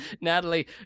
Natalie